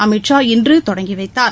அமித் ஷா இன்று தொடங்கி வைத்தார்